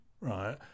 right